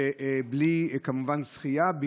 ובלי, כמובן, זכייה.